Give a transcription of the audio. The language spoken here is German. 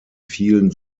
vielen